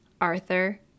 Arthur